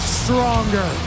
stronger